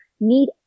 need